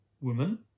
Woman